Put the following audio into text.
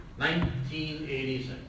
1986